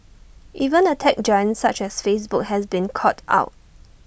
even A tech giant such as Facebook has been caught out